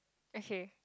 okay